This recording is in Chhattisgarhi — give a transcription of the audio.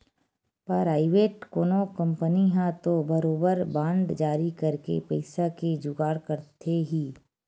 पराइवेट कोनो कंपनी ह तो बरोबर बांड जारी करके पइसा के जुगाड़ करथे ही